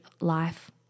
life